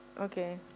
Okay